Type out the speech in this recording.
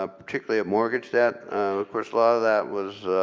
ah particularly mortgage debt, of course all ah of that was